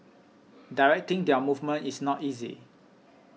directing their movement is not easy